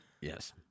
Yes